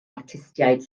artistiaid